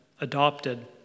adopted